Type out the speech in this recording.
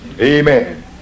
Amen